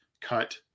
cut